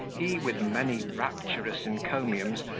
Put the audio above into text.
he, with many rapturous encomiums,